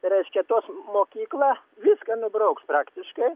reiškia tos mokykla viską nubrauks praktiškai